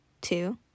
Two